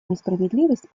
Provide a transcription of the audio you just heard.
несправедливость